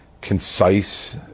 concise